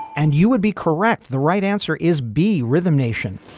and you would be correct. the right answer is b rhythm nation